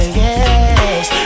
yes